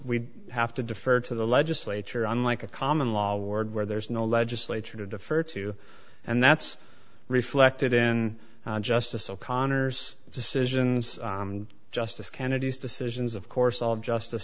we have to defer to the legislature unlike a common law ward where there is no legislature to defer to and that's reflected in justice o'connor's decisions justice kennedy's decisions of course all justice